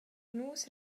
nus